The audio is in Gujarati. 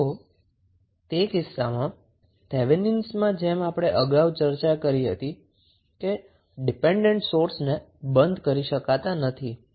તો તે કિસ્સામાં થેવેનિનમાં જેમ આપણે અગાઉ ચર્ચા કરી હતી કે ડિપેન્ડન્ટ સોર્સને બંધ કરી શકાતા નથી